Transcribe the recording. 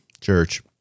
church